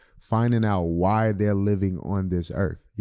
finding out why they're living on this earth. yeah